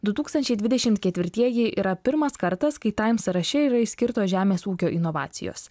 du tūkstančiai dvidešimt ketvirtieji yra pirmas kartas kai taim sąraše yra išskirtos žemės ūkio inovacijos